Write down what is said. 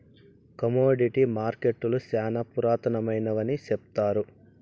commodity మార్కెట్టులు శ్యానా పురాతనమైనవి సెప్తారు